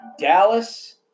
Dallas